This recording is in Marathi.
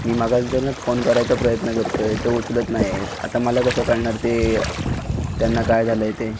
मी मगासधरनच फोन करायचा प्रयत्न करतो आहे ते उचलत नाही आहेत आता मला कसं कळणार ते त्यांना काय झालं आहे ते